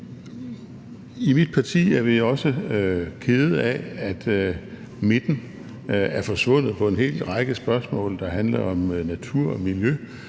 i mit parti er vi også kede af, at midten er forsvundet i forhold til en hel række spørgsmål, der handler om natur og miljø,